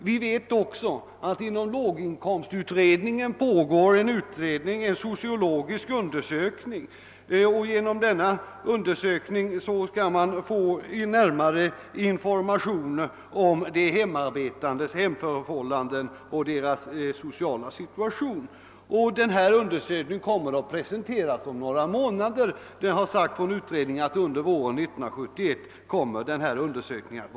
Vi vet också att det inom låginkomst utredningen pågår en sociologisk undersökning genom vilken man skall få närmare information om de hemarbetandes hemförhållanden och sociala situation. Den undersökningen kommer att presenteras om några månader — utredningen har sagt att undersökningen kommer att vara klar under våren 1971.